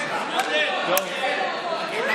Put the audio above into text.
אני אומר,